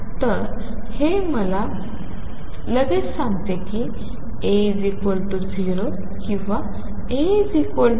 त र हे मला लगेच सांगते की AB किंवा A B